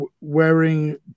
wearing